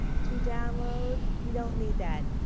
to download you don't need that.